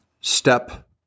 step